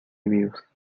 reviews